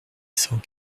cent